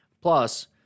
Plus